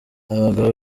abagabo